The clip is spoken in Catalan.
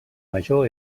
major